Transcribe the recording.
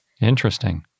Interesting